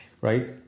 right